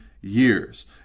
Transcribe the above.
years